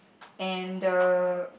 and the